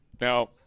Now